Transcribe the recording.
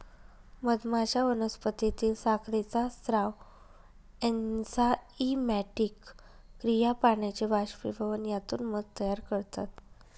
मधमाश्या वनस्पतीतील साखरेचा स्राव, एन्झाइमॅटिक क्रिया, पाण्याचे बाष्पीभवन यातून मध तयार करतात